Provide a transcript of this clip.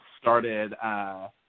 started –